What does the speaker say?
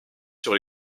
sur